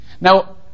Now